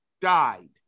died